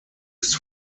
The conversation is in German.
ist